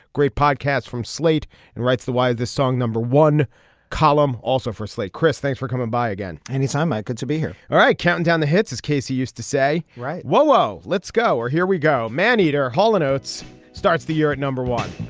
great podcast from slate and writes the why is this song number one column also for slate. chris, thanks for coming by again anytime. good to be here. all right. counting down the hits, as casey used to say. right. whoa, whoa. let's go. ah, here we go. maneater hallen ot's starts the year at number one.